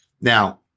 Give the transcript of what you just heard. Now